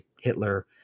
Hitler